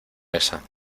esa